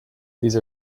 these